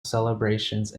celebrations